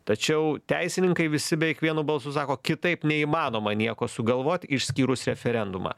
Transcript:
tačiau teisininkai visi beveik vienu balsu sako kitaip neįmanoma nieko sugalvot išskyrus referendumą